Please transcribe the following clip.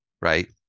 Right